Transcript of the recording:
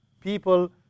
People